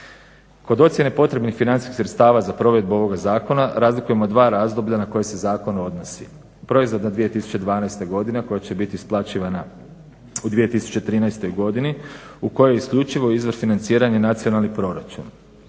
Kod ocjene potrebnih financijskih sredstava za provedbu ovoga zakona razlikujemo dva razdoblja na koje se zakon odnosi. Proizvodna 2012. godina koja će biti isplaćivana u 2013. godini u kojoj je isključivo izvor financiranja nacionalni proračun.